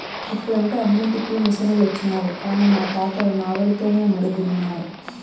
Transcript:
ఇప్పుడంటే అన్నింటికీ మిసనులొచ్చినాయి కానీ మా తాతలు నాగలితోనే మడి దున్నినారు